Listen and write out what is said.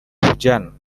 hujan